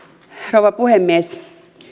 rouva puhemies